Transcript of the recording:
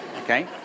Okay